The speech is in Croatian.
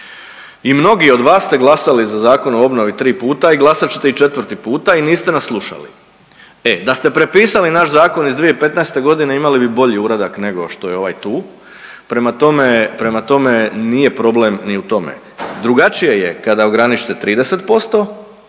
I mnogi od vas ste glasali za Zakon o obnovi 3 puta i glasat ćete i 4 puta i niste nas slušali. E, da ste prepisali naš zakon iz 2015. godine imali bi bolji uradak nego što je ovaj tu. Prema tome, prema tome nije problem ni u tome. Drugačije je kada ograničite 30%